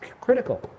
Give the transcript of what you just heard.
critical